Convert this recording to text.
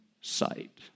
sight